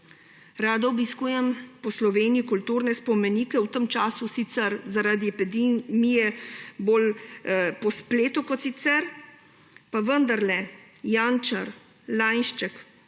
Rada obiskujem po Sloveniji kulturne spomenike, v tem času sicer zaradi epidemije bolj po spletu kot sicer, pa vendarle; Jančar, Lainšček,